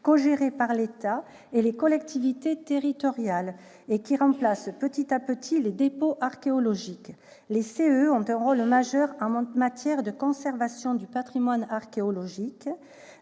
cogérés par l'État et les collectivités territoriales, qui remplacent petit à petit les dépôts archéologiques. Les CCE ont un rôle majeur en matière de conservation du patrimoine archéologique,